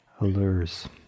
allures